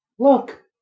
Look